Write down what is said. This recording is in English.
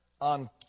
on